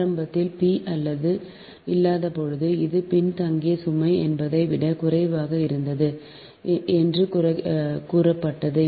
ஆரம்பத்தில் p இல்லாதபோது அது பின்தங்கிய சுமை என்பதை விட குறைவாக இருந்தது என்று கூறப்பட்டது